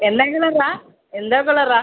എന്നാ കളറാ എന്തോ കളറാ